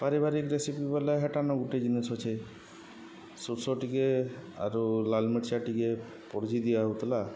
ପାରିବାରିକ ରେସିପି ବାଲା ହେଟା ନ ଗୋଟେ ଜିନିଷ ଅଛେ ସୁର୍ଷ ଟିକେ ଆରୁ ଲାଲ ମିର୍ଚା ଟିକେ ପୋଡ଼ିଜି ଦିଆ ହଉଥିଲା